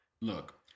Look